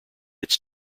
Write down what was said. its